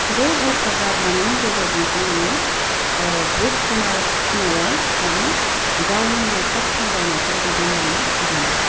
बे हेफाजाब लानायनि गेजेरजोंसो नोङो जिब जुनार फिसिनायाव माने गावनि न'खर सामलायनायखौ दैदेनलांनो हागोन